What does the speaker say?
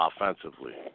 offensively